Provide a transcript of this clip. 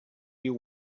you